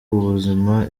ubuzima